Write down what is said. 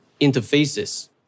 interfaces